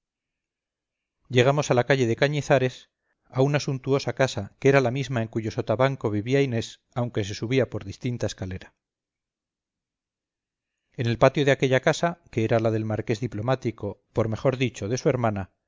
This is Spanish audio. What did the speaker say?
llegamos a la calle de cañizares a una suntuosa casa que era la misma en cuyo sotabanco vivía inés aunque se subía por distinta escalera en el patio de aquella casa que era la del marqués diplomático por mejor dicho de su hermana